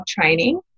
training